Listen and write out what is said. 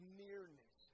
nearness